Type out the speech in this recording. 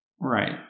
right